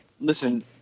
listen –